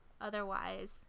otherwise